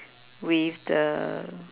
with the